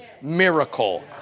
miracle